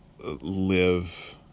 Live